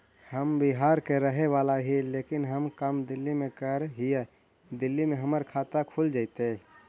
हम बिहार के रहेवाला हिय लेकिन हम काम दिल्ली में कर हिय, दिल्ली में हमर खाता खुल जैतै?